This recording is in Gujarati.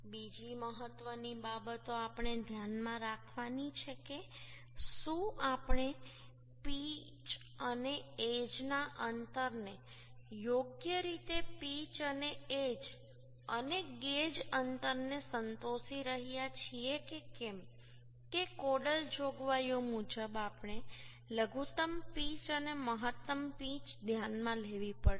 બીજી મહત્વની બાબતો આપણે ધ્યાનમાં રાખવાની છે કે શું આપણે પિચ અને એજના અંતરને યોગ્ય રીતે પીચ અને એજ અને ગેજ અંતરને સંતોષી રહ્યા છીએ કે કેમ કે કોડલ જોગવાઈઓ મુજબ આપણે લઘુત્તમ પીચ અને મહત્તમ પીચ ધ્યાનમાં લેવી પડશે